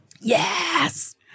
Yes